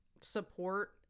support